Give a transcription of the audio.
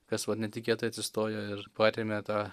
kas vat netikėtai atsistojo ir parėmė tą